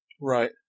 Right